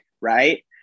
Right